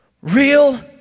Real